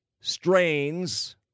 strains